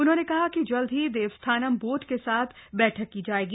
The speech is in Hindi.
उन्होंने कहा कि जल्द ही देवस्थानम बोर्ड के साथ बैठक की जाएगी